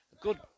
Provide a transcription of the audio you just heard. Good